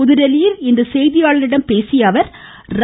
புதுதில்லியில் இன்று செய்தியாளர்களிடம் பேசிய அவர் ர